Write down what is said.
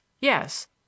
yes